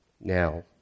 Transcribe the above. Now